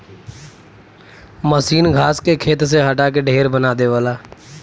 मसीन घास के खेत से हटा के ढेर बना देवला